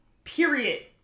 period